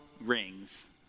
rings